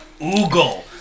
oogle